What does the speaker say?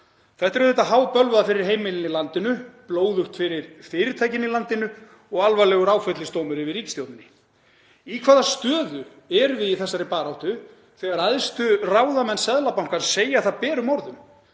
Þetta eru auðvitað hábölvað fyrir heimilin í landinu, blóðugt fyrir fyrirtækin í landinu og alvarlegur áfellisdómur yfir ríkisstjórninni. Í hvaða stöðu erum við í þessari baráttu þegar æðstu ráðamenn Seðlabankans segja það berum orðum